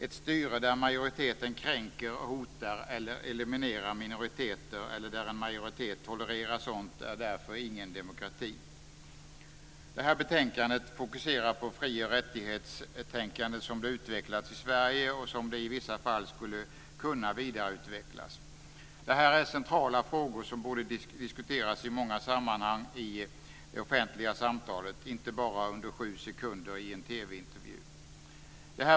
Ett styre där majoriteten kränker, hotar eller eliminerar minoriteter, eller där en majoritet tolererar sådant, är därför ingen demokrati. Betänkandet fokuserar på fri och rättighetstänkandet som det utvecklats i Sverige och som det i vissa fall skulle kunna vidareutvecklas. Det här är centrala frågor som borde diskuteras i många sammanhang i det offentliga samtalet; inte bara under sju sekunder i en TV-intervju.